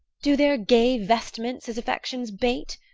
do their gay vestments his affections bait?